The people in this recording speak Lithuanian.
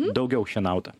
daugiau šienauta